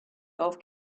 golf